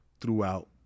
throughout